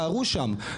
מהמרכז.